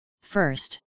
first